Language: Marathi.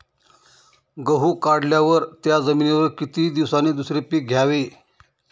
गहू काढल्यावर त्या जमिनीवर किती दिवसांनी दुसरे पीक घ्यावे?